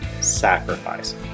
sacrifice